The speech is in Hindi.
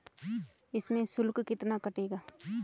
इसमें शुल्क कितना कटेगा?